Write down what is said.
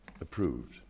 Approved